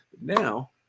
now